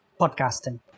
podcasting